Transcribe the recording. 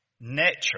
Nature